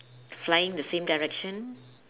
flying the same direction